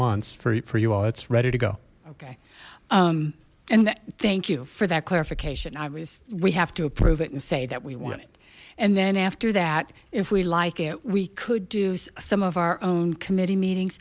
it's ready to go and thank you for that clarification i was we have to approve it and say that we want it and then after that if we like it we could do some of our own committee meetings